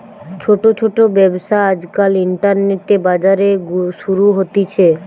ছোট ছোট ব্যবসা আজকাল ইন্টারনেটে, বাজারে শুরু হতিছে